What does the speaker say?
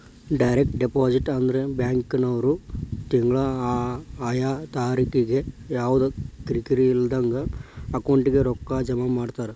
direct deposit ಅಂದ್ರ ಬ್ಯಾಂಕಿನ್ವ್ರು ತಿಂಗ್ಳಾ ಆಯಾ ತಾರಿಕಿಗೆ ಯವ್ದಾ ಕಿರಿಕಿರಿ ಇಲ್ದಂಗ ಅಕೌಂಟಿಗೆ ರೊಕ್ಕಾ ಜಮಾ ಮಾಡ್ತಾರ